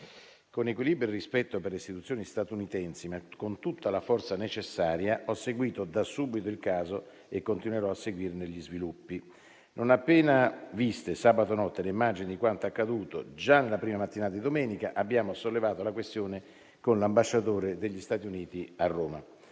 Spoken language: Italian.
Con equilibrio e rispetto per le istituzioni statunitensi, ma con tutta la forza necessaria, ho seguito da subito il caso e continuerò a seguirne gli sviluppi. Non appena viste, sabato notte, le immagini di quanto è accaduto, già nella prima mattinata di domenica abbiamo sollevato la questione con l'ambasciatore degli Stati Uniti a Roma.